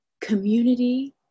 community